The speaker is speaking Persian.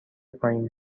پایین